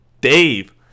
Dave